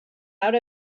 out